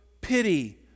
pity